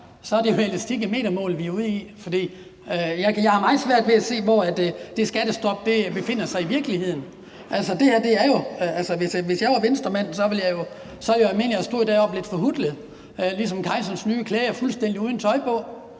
er det jo elastik i metermål, vi er ude i. For jeg har meget svært ved at se, hvor det skattestop befinder sig i virkeligheden. Altså, jeg vil mene, at hvis jeg var Venstremand, ville jeg stå deroppe lidt forhutlet – ligesom i »Kejserens nye klæder« fuldstændig uden tøj på.